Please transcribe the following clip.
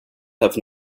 have